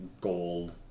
gold